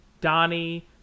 donnie